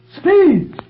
Speed